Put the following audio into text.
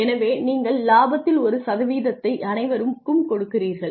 எனவே நீங்கள் லாபத்தில் ஒரு சதவீதத்தை அனைவருக்கும் கொடுக்கிறீர்கள்